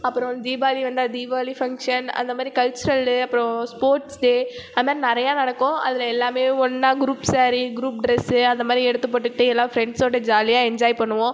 அப்புறம் தீபாவளி வந்தால் தீபாவளி ஃபங்க்ஷன் அந்த மாதிரி கல்ச்சுரலு அப்புறம் ஸ்போர்ட்ஸ் டே அந்த மாதிரி நிறைய நடக்கும் அதில் எல்லாமே ஒன்றா குரூப்ஸ் சரி குரூப் ட்ரஸ்ஸு அந்த மாதிரி எடுத்துப் போட்டுக்கிட்டு எல்லாம் ஃப்ரண்ட்ஸோடு ஜாலியாக என்ஜாய் பண்ணுவோம்